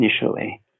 initially